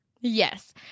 Yes